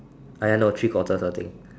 I know three quarter of the thing